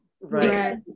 right